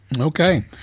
Okay